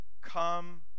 come